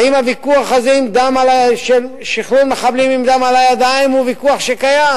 האם הוויכוח הזה על שחרור מחבלים עם דם על הידיים הוא ויכוח שקיים?